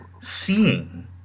seeing